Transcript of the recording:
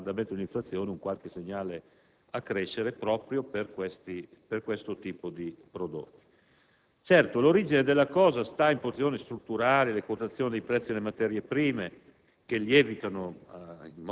possa registrare dal lato dell'andamento dell'inflazione qualche segnale di crescita proprio per questo tipo di prodotti. Certo l'origine del problema è da attribuirsi a questioni strutturali, a quotazioni dei prezzi delle materie prime